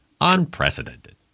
Unprecedented